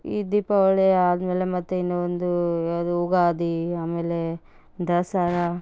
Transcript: ಈ ದೀಪಾವಳಿ ಆದಮೇಲೆ ಮತ್ತು ಇನ್ನು ಒಂದು ಅದು ಯುಗಾದಿ ಆಮೇಲೆ ದಸರಾ